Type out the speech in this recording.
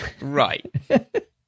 right